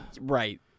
Right